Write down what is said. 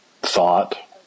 Thought